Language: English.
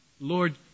Lord